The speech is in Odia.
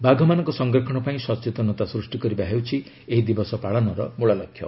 ବାଘମାନଙ୍କ ସଂରକ୍ଷଣ ପାଇଁ ସଚେତନତା ସୃଷ୍ଟି କରିବା ହେଉଛି ଏହି ଦିବସ ପାଳନର ମୂଳ ଲକ୍ଷ୍ୟ